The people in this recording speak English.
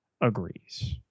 agrees